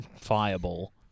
Fireball